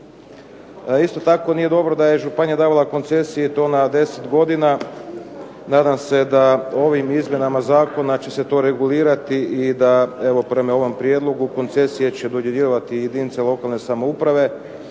Isto tako nije dobro da je županija davala koncesije i to na 10 godina. Nadam se da ovim izmjenama zakona će se to regulirati i da evo prema ovom prijedlogu koncesije će dodjeljivati jedinica lokalne samouprave,